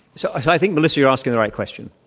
so, as i think, melissa, you're asking the right question.